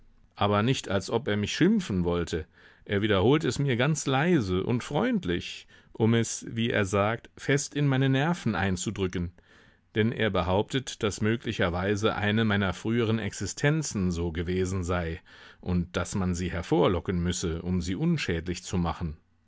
aber nicht als ob er mich schimpfen wollte er wiederholt es mir ganz leise und freundlich um es wie er sagt fest in meine nerven einzudrücken denn er behauptet daß möglicherweise eine meiner früheren existenzen so gewesen sei und daß man sie hervorlocken müsse um sie unschädlich zu machen